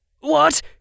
What